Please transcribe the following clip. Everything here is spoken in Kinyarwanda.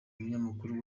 umunyamakuru